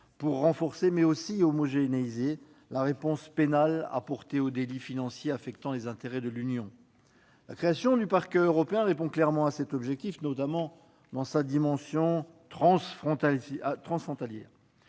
pour renforcer, mais aussi homogénéiser, la réponse pénale apportée aux délits financiers affectant les intérêts de l'Union européenne. La création d'un Parquet européen répond clairement à cet objectif, notamment dans sa dimension transfrontalière.